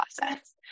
process